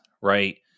right